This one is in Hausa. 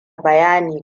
bayani